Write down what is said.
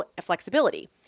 flexibility